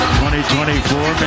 2024